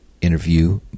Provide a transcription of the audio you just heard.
interview